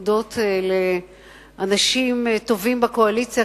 הודות לאנשים טובים בקואליציה,